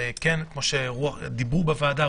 כמו שדיברו בוועדה,